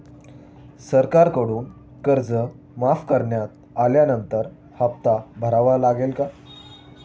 सरकारकडून कर्ज माफ करण्यात आल्यानंतर हप्ता भरावा लागेल का?